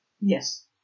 Yes